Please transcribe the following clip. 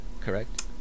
Correct